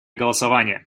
голосование